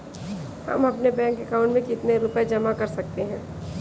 हम अपने bank account में कितने रुपये जमा कर सकते हैं?